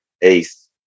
ace